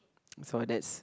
so that's